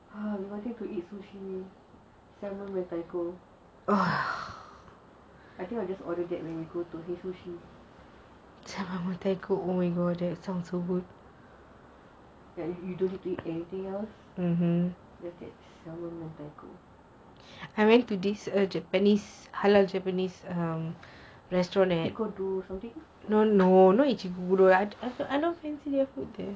ah we wanted to eat sushi salmon mentaiko I think I'll just order that when we go to hei sushi yes you don't do anything else just that salmon mentaiko